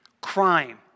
crime